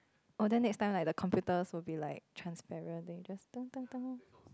oh then next time like the computer will be like transparent then you just deng deng deng